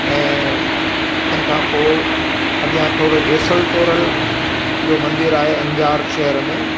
ऐं तंहिंखां पोइ अॻियां थोरो जेसल तोरल जो मंदिर आहे अंजार शेहर में